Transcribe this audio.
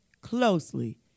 closely